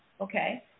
okay